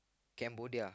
Cambodia